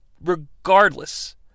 regardless